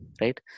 right